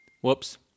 whoops